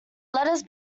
letters